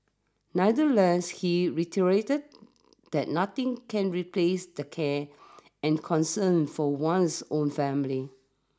nevertheless he reiterated that nothing can replace the care and concern from one's own family